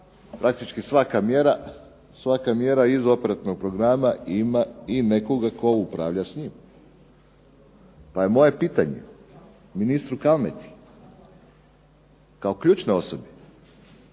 praktički svaka mjera iz operativnog programa ima i nekoga tko upravlja s njim. Pa je moje pitanje ministru Kalmeti, kao ključnoj osobi,